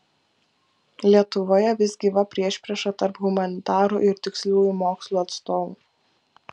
lietuvoje vis gyva priešprieša tarp humanitarų ir tiksliųjų mokslų atstovų